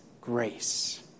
grace